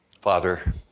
Father